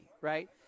right